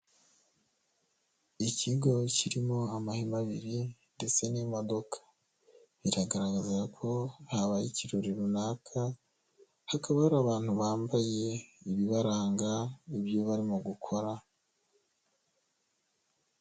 Ikigo kirimo amahema abiri ndetse n'imodoka, biragaragaza ko habaye ikirori runaka hakaba hari abantu bambaye ibibaranga ibyo barimo gukora.